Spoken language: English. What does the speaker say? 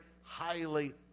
highly